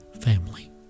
family